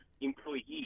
employee